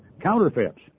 counterfeits